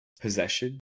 possession